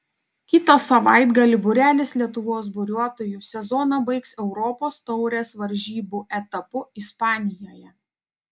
kitą savaitgalį būrelis lietuvos buriuotojų sezoną baigs europos taurės varžybų etapu ispanijoje